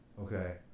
Okay